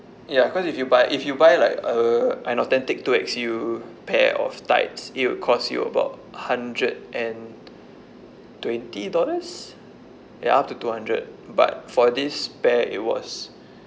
ya because if you buy if you buy like uh an authentic two_X_U you pair of tights it'll cost you about hundred and twenty dollars ya up to two hundred but for this pair it was